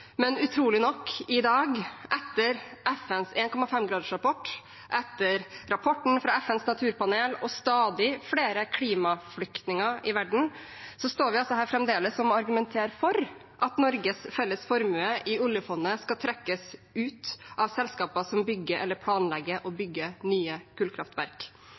Men – utrolig nok – i dag, etter FNs 1,5-gradersrapport, etter rapporten fra FNs naturpanel og stadig flere klimaflyktninger i verden, står vi fremdeles her og må argumentere for at Norges felles formue i oljefondet skal trekkes ut av selskaper som bygger, eller planlegger å bygge, nye kullkraftverk.